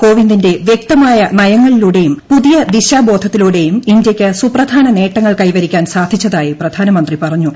കോവിന്ദിന്റെ വ്യക്തമായ നയങ്ങളിലൂടെയും പുതിയ ദിശാബോധത്തിലൂടെയും ഇന്ത്യയ്ക്ക് സുപ്രധാന നേട്ടങ്ങൾ കൈവരിക്കാൻ സാധിച്ചതായി പ്രധാനമന്ത്രി പറഞ്ഞു